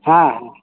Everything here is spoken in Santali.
ᱦᱮᱸ ᱦᱮᱸ